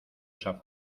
esa